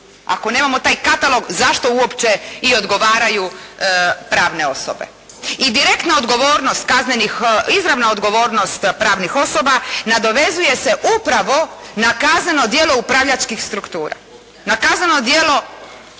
Ako nemamo taj katalog zašto uopće i odgovaraju pravne osobe. I direktna odgovornost kaznenih, izravna odgovornost pravnih osoba nadovezuje se upravo na kazneno djelo upravljačkih struktura, na kazneno djelo